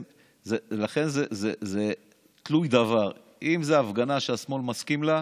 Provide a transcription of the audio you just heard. לכן זה תלוי דבר: אם זו הפגנה שהשמאל מסכים לה,